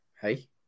Hey